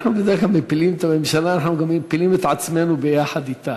בדרך כלל כשאנחנו מפילים את הממשלה אנחנו מפילים גם את עצמנו יחד אתה.